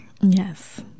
Yes